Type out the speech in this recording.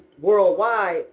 worldwide